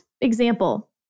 example